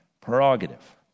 prerogative